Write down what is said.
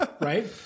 Right